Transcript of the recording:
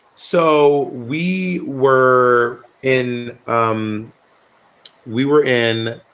so we were in. um we were in.